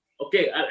Okay